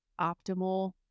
optimal